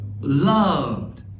loved